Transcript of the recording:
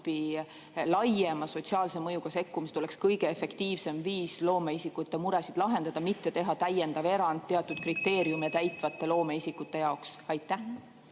laiema sotsiaalse mõjuga sekkumine oleks kõige efektiivsem viis loomeisikute muresid lahendada, mitte teha täiendav erand teatud kriteeriume täitvate loomeisikute jaoks? Aitäh,